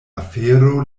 afero